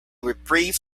reprieve